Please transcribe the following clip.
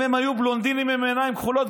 אם הם היו בלונדינים עם עיניים כחולות,